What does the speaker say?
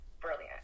brilliant